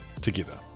together